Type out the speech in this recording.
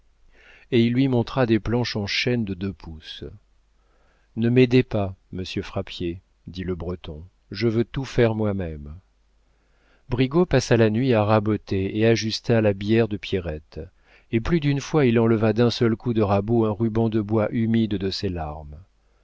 et il lui montra des planches en chêne de deux pouces ne m'aidez pas monsieur frappier dit le breton je veux tout faire moi-même brigaut passa la nuit à raboter et ajuster la bière de pierrette et plus d'une fois il enleva d'un seul coup de rabot un ruban de bois humide de ses larmes